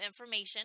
information